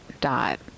dot